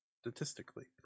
statistically